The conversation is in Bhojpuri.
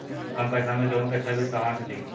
कम पैसा में गेहूं के अच्छा बिज कहवा से ली?